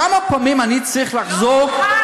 כמה פעמים אני צריך לחזור, ?